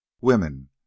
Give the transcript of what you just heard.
women